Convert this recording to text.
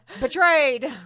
Betrayed